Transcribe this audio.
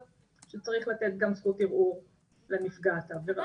שהוא צריך לתת גם זכות ערעור לנפגעת העבירה.